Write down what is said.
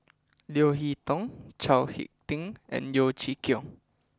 Leo Hee Tong Chao Hick Tin and Yeo Chee Kiong